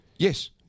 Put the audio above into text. Yes